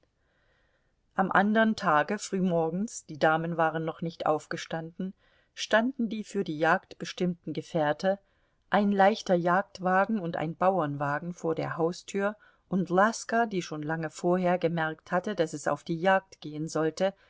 am andern tage frühmorgens die damen waren noch nicht aufgestanden standen die für die jagd bestimmten gefährte ein leichter jagdwagen und ein bauernwagen vor der haustür und laska die schon lange vorher gemerkt hatte daß es auf die jagd gehen sollte